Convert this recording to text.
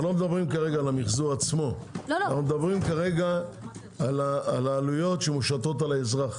אנחנו לא מדברים כעת על המחזור עצמו אלא על העלויות שמושתות על האזרח.